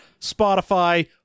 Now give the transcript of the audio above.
Spotify